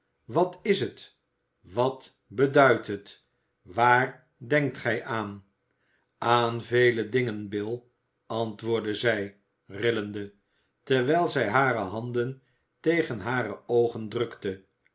wat is het wat beduidt het waar denkt gij aan aan vele dingen bill antwoordde zij rillende terwijl zij hare handen tegen hare oogen drukte